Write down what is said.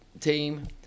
team